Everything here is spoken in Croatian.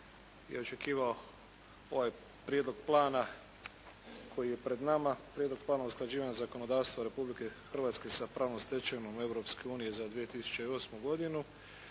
je očekivao ovaj prijedlog plana koji je pred nama, Prijedlog plana usklađivanja zakonodavstva Republike Hrvatske s pravnom stečevinom Europske unije za 2008. godinu.